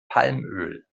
palmöl